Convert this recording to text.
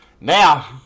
Now